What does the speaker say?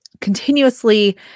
continuously